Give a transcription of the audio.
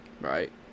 Right